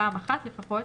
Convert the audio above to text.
פעם אחת לפחות,